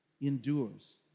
endures